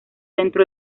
dentro